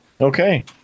Okay